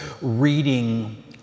reading